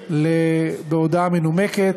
יהיה בהודעה מנומקת